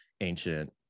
ancient